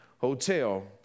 Hotel